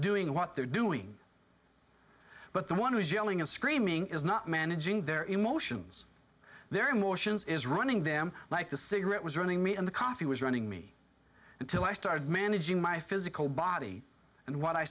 doing what they're doing but the one who's yelling and screaming is not managing their emotions their emotions is running them like the cigarette was running me in the coffee was running me until i started managing my physical body and what i